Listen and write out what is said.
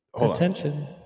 attention